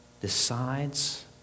decides